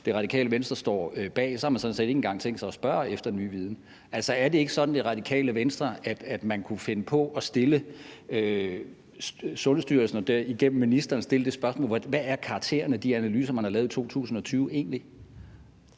som Radikale Venstre står bag, har man sådan set ikke engang tænkt sig at spørge efter ny viden. Er det ikke sådan i Radikale Venstre, at man kunne finde på gennem ministeren at stille Sundhedsstyrelsen det spørgsmål: Hvad er karakteren af de analyser, man har lavet i 2020, egentlig?